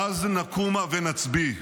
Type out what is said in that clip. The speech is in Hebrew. "אז נקומה ונצביא: